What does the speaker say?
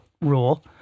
rule